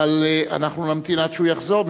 אבל אנחנו נמתין עד שהוא יחזור,